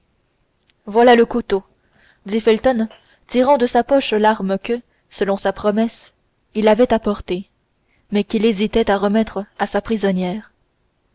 voilà le couteau dit felton tirant de sa poche l'arme que selon sa promesse il avait apportée mais qu'il hésitait à remettre à sa prisonnière